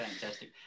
fantastic